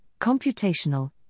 computational